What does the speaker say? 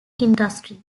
industry